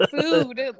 food